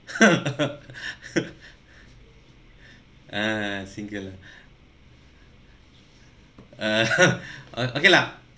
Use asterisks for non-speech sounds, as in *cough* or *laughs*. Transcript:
*laughs* ah single ah *breath* ah *laughs* o~ okay lah